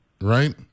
right